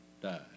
died